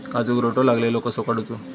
काजूक रोटो लागलेलो कसो काडूचो?